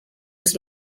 was